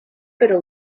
però